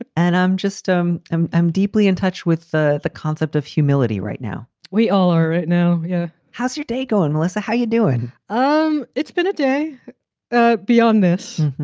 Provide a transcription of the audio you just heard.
ah and i'm just um i'm i'm deeply in touch with the the concept of humility right now. we all are now. yeah how's your day going, melissa? how you doing? um it's been a day ah beyond this.